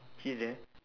he's there